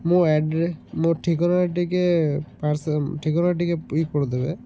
ମୋ ମୋ ଠିକଣା ଟିକେ ପାର୍ସଲ୍ ଠିକଣା ଟିକେ କରିଦେବେ